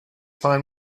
find